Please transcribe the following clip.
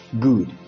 good